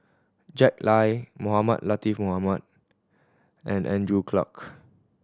Jack Lai Mohamed Latiff Mohamed and Andrew Clarke